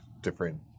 different